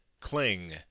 cling